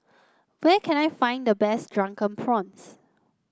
where can I find the best Drunken Prawns